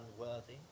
unworthy